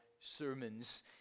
sermons